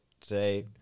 today